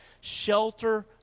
shelter